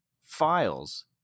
files